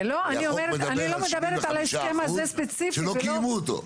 החוק מדבר על 75% שלא קיימו אותו.